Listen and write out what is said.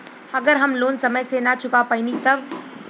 अगर हम लोन समय से ना चुका पैनी तब?